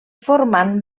formant